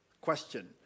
question